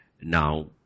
Now